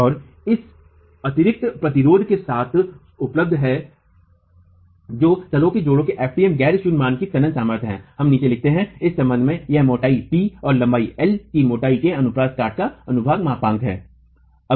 और इस अतिरिक्त प्रतिरोध के साथ उपलब्ध है जो तलों के जोड़ो की f mt गैर शून्य मान की तनन सामर्थ्य है हम नीचे लिखते हैं इस संबंध में यह मोटाई टी t और लंबाई l एल की मोटाई के अनुप्रस्थ काट का अनुभाग मापांक है